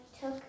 took